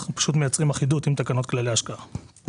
אנחנו מייצרים אחידות עם תקנות כללי השקעה.